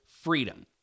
freedom